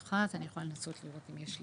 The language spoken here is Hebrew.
אבל הנקודה שאני מנסה לומר פה זה שהבטן שלנו